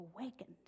awakened